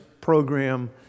program